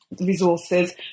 resources